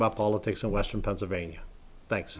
about politics in western pennsylvania thanks